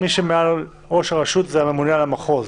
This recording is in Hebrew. מי שנמצא מעל ראש הרשות הוא הממונה על המחוז.